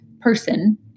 person